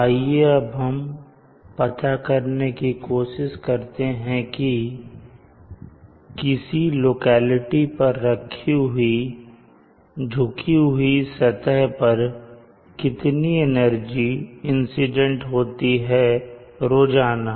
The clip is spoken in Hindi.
आइए अब हम पता करने की कोशिश करते हैं कि किसी लोकेलिटी पर रखी हुई झुकी हुई सतह पर कितनी एनर्जी इंसीडेंट होती है रोजाना